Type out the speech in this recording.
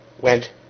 went